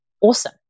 awesome